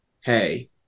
hey